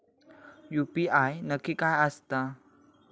UPI नक्की काय आसता?